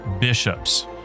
bishops